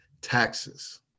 taxes